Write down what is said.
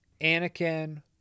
anakin